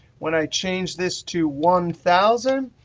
when i change this to one thousand,